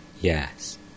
yes